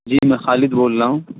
جی میں خالد بول رہا ہوں